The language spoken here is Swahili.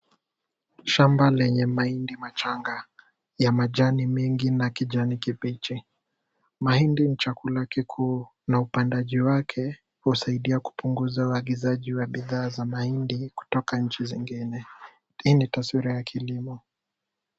Shamba lenye mahindi machanga ya majani mengi ya kijani kibichi. Mahindi ni chakula kikuu na upandaji wake hupunguza uagizaji wa bidhaa za mahindi kutoka nchi zingine. Hii ni taswira ya kilimo.